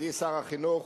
ידידי שר החינוך,